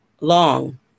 long